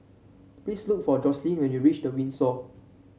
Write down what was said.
please look for Joslyn when you reach The Windsor